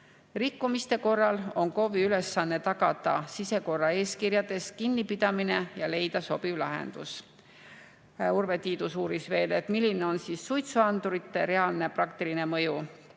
Rikkumiste korral on KOV-i ülesanne tagada sisekorraeeskirjadest kinnipidamine ja leida sobiv lahendus. Urve Tiidus uuris veel, milline on suitsuandurite reaalne praktiline mõju.